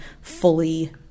fully